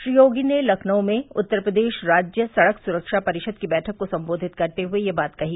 श्री योगी ने लखनऊ में उत्तर प्रदेश राज्य सड़क सुरक्षा परिषद की बैठक को सम्बोधित करते हुए यह बात कही